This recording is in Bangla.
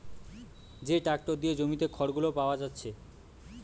যে ট্যাক্টর দিয়ে জমিতে খড়গুলো পাচ্ছে